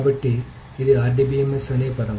కాబట్టి ఇది RDBMS అనే పదం